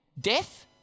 Death